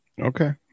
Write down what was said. Okay